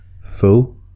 full